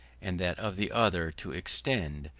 and that of the other to extend,